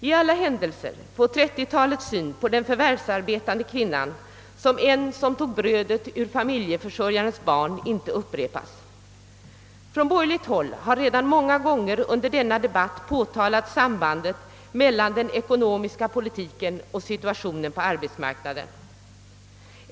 I alla händelser får 1930 talets syn på den förvärvsarbetande kvinnan såsom en som tog brödet från familjeförsörjarens barn inte upprepas. Från borgerligt håll har redan många gånger under denna debatt påtalats sambandet mellan den ekonomiska politiken och situationen på arbetsmarknaden.